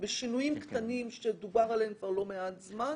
בשינויים קטנים שדובר עליהם כבר לא מעט זמן.